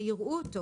ויראו אותו,